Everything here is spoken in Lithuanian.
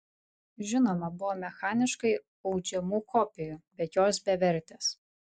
žinoma buvo mechaniškai audžiamų kopijų bet jos bevertės